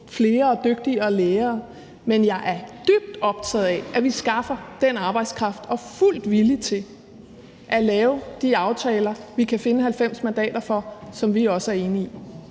flere og dygtigere lærere, men jeg er dybt optaget af, at vi skaffer den arbejdskraft, og jeg er fuldt villig til at lave de aftaler, vi kan finde 90 mandater til, og som vi også er enige i.